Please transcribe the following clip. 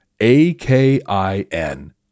A-K-I-N